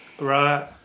Right